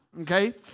Okay